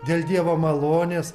dėl dievo malonės